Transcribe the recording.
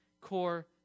core